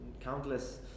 countless